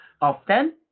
often